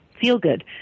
feel-good